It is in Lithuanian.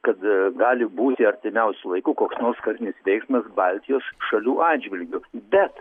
kad gali būt artimiausiu laiku koks nors karinis veiksmas baltijos šalių atžvilgiu bet